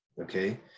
okay